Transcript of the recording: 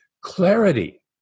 Clarity